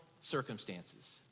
circumstances